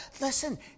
Listen